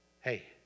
hey